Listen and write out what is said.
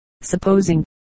supposing